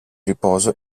riposo